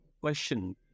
question